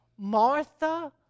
Martha